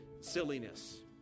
silliness